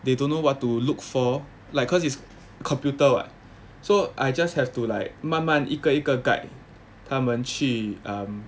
they don't know what to look for like cause it's computer [what] so I just have to like 慢慢一个一个 guide 他们去 um